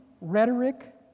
rhetoric